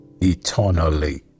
eternally